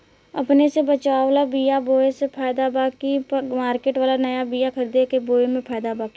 अपने से बचवाल बीया बोये मे फायदा बा की मार्केट वाला नया बीया खरीद के बोये मे फायदा बा?